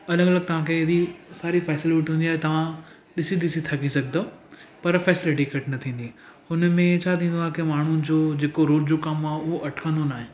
अलॻि अलॻि तव्हांखे अहिड़ी सारी फैसिलिटी हूंदी आहे तव्हां ॾिसी ॾिसी थकी सघंदव पर फैसिलिटी घटि न थींदी हुन में छा थींदो आहे की माण्हू जो जेको रोज़ु जो कमु आहे उहो अटकंदो नाहे